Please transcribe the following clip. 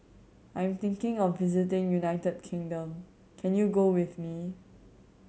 I'm thinking of visiting United Kingdom can you go with me